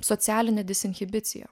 socialinė disinhibicija